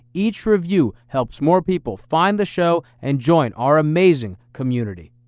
each review helps more people find the show and join our amazing community.